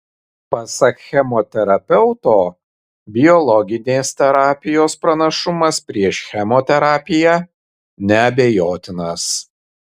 pasak chemoterapeuto biologinės terapijos pranašumas prieš chemoterapiją neabejotinas